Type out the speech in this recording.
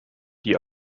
die